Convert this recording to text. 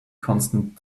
constant